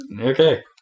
Okay